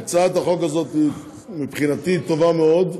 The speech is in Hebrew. הצעת החוק הזאת מבחינתי היא טובה מאוד,